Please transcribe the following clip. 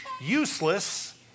useless